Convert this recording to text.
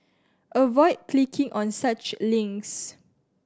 avoid clicking on such links